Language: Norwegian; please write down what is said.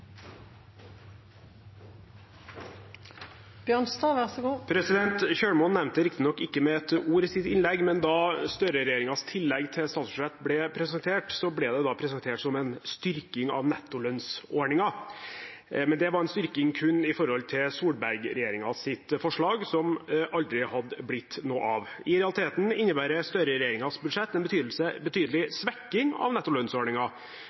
nevnte det riktignok ikke med ett ord i sitt innlegg, men da Støre-regjeringens tillegg til statsbudsjett ble presentert, ble det presentert som en styrking av nettolønnsordningen, men det var en styrking kun i forhold til Solberg-regjeringens forslag, som aldri hadde blitt noe av. I realiteten innebærer Støre-regjeringens budsjett en betydelig svekking av